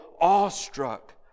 awestruck